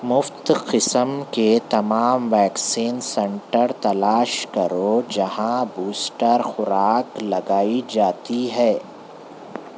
مفت قسم کے تمام ویکسین سینٹر تلاش کرو جہاں بوسٹر خوراک لگائی جاتی ہے